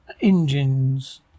engines